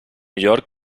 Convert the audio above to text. york